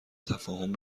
تفاهم